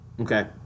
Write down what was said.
Okay